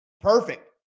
perfect